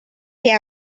ser